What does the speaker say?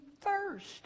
first